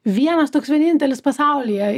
vienas toks vienintelis pasaulyje